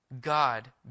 God